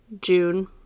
June